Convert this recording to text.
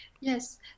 Yes